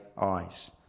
eyes